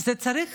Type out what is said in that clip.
צריך